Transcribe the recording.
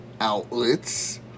outlets